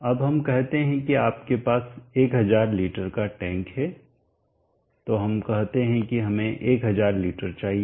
अब हम कहते हैं कि आपके पास 1000 लीटर का टैंक है तो हम कहते हैं कि हमें 1000 लीटर चाहिए